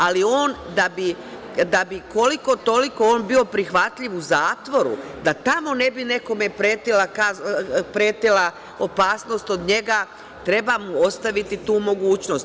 Ali on da bi koliko toliko prihvatljiv u zatvoru, da tamo ne bi nekome pretila opasnost od njega treba mu ostaviti tu mogućnost.